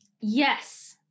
Yes